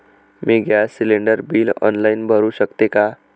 मी gas cylinder bill online भरु शकते का?